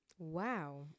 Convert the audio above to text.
Wow